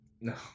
No